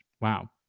wow